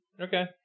Okay